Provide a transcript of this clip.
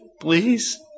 please